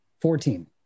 Fourteen